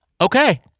Okay